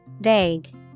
vague